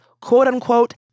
quote-unquote